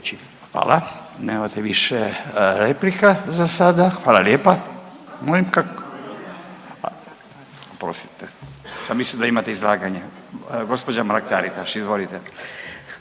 Hvala, nemate više replika za sada, hvala lijepa.